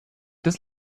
des